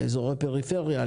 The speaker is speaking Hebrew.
לאזורי פריפריה,